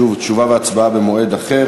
תשובה והצבעה במועד אחר,